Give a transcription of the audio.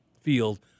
field